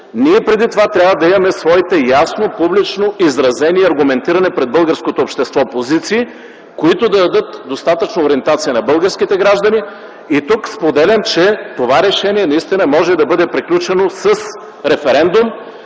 преди това трябва да имаме своите ясно, публично изразени и аргументирани пред българското общество позиции, които да дадат достатъчна ориентация на българските граждани. Тук споделям, че това решение наистина може да бъде приключено с референдум,